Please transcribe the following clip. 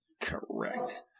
Correct